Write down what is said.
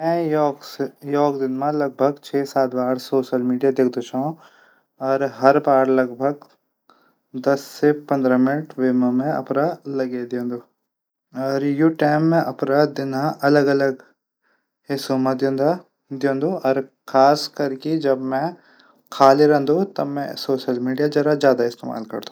मि एक दिन मा लगभग सोशल मीडिया दिखदू छौः। हर बार लगभग दस से पंद्रह मिनट वेमा लगै दींदू।। यू टैम मि अपडा दिना अलग अलग हिस्सो मा दिंदा। खासकर मि जब खाली रैंदू। सोशल मीडिया ज्यादा इस्तेमाल करदू।